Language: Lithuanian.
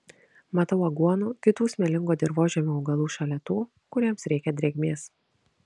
matau aguonų kitų smėlingo dirvožemio augalų šalia tų kuriems reikia drėgmės